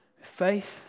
Faith